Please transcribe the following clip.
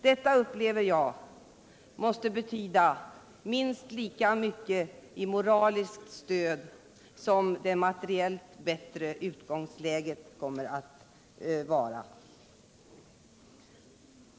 Detta måste, som jag upplever det, betyda minst lika mycket som ett moraliskt stöd som det materiellt bättre utgångsläget kommer att innebära.